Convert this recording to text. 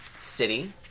City